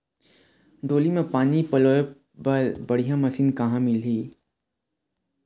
डोली म पानी पलोए बर बढ़िया मशीन कहां मिलही?